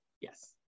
Yes